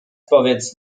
powiedz